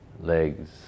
legs